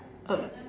uh